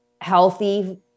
healthy